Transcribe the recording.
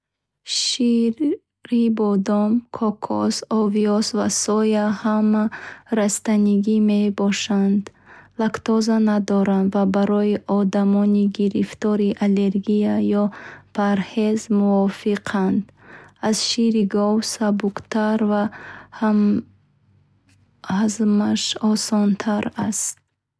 Шири бодом, кокос, овёс ва соя ҳама растанигӣ мебошанд. Лактоза надоранд ва барои одамони гирифтори аллергия ё парҳез мувофиқанд. Аз шири гов сабуктар ва ҳазмаш осонтар аст.